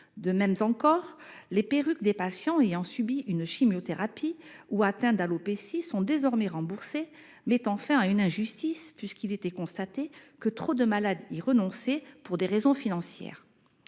De même encore, les perruques des patients ayant subi une chimiothérapie ou atteints d’alopécie sont désormais remboursées, ce qui met fin à une injustice. En effet, il était constaté que trop de malades y renonçaient pour des raisons financières.